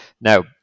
Now